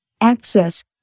access